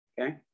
Okay